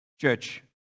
Church